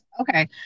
Okay